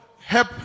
help